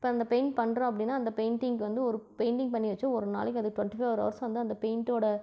இப்போ அந்த பெயிண்ட் பண்ணுறோம் அப்படினா அந்த பெயிண்டிங்க்கு வந்து ஒரு பெயிண்டிங் பண்ணி வச்சு ஒரு நாளைக்கு அது ட்வெண்ட்டி ஃபோர் ஹவர்ஸ் வந்து அந்த பெயிண்ட்டோட